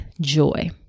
joy